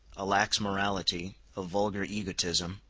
a lax morality, a vulgar egotism,